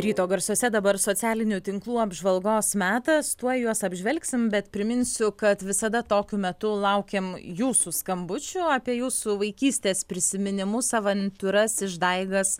ryto garsuose dabar socialinių tinklų apžvalgos metas tuoj juos apžvelgsim bet priminsiu kad visada tokiu metu laukiam jūsų skambučių apie jūsų vaikystės prisiminimus avantiūras išdaigas